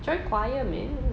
join choir man